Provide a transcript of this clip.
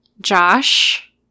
Josh